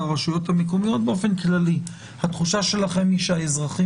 ברשויות המקומיות באופן כללי התחושה שלכם היא שהאזרחים